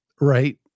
Right